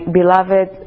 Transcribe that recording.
beloved